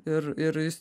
ir ir jis